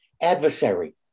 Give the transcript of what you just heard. Adversary